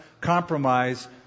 compromise